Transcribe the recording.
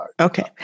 Okay